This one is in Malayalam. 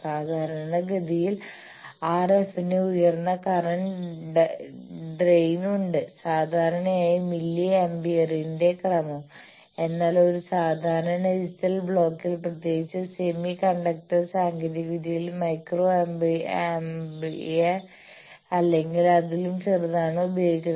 സാധാരണഗതിയിൽ RF ന് ഉയർന്ന കറന്റ് ഡ്രെയിനുണ്ട് സാധാരണയായ മില്ലി ആംപിയറിന്റെ ക്രമം എന്നാൽ ഒരു സാധാരണ ഡിജിറ്റൽ ബ്ലോക്കിൽ പ്രത്യേകിച്ച് സെമി കണ്ടക്ടർ സാങ്കേതികവിദ്യയിൽ മൈക്രോ ആമ്പിയർ അല്ലെങ്കിൽ അതിലും ചെറുതാണ് ഉപയോഗിക്കുന്നത്